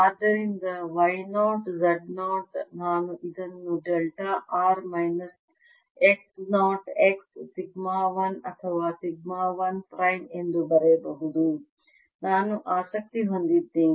ಆದ್ದರಿಂದ y 0 z 0 ನಾನು ಇದನ್ನು delta r minus x 0 x sigma 1 ಅಥವಾ ಸಿಗ್ಮಾ 1 ಪ್ರೈಮ್ ಎಂದು ಬರೆಯಬಹುದು ನಾನು ಆಸಕ್ತಿ ಹೊಂದಿದ್ದೇನೆ